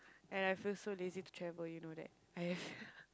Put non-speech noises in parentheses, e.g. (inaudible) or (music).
and I feel so lazy to travel you know that (noise)